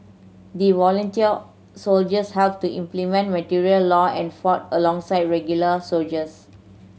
the volunteer soldiers helped to implement martial law and fought alongside regular soldiers